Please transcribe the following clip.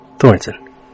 Thornton